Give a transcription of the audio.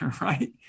right